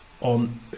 on